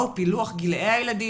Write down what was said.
מהו פילוח גילאי הילדים?